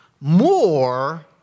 more